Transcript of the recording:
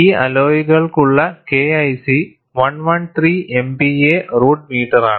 ഈ അലോയ്ക്കുള്ള KIC 113 MPa root മീറ്ററാണ്